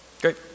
Great